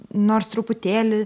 nors truputėlį